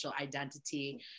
identity